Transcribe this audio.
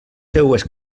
seues